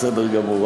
בסדר גמור.